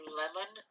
lemon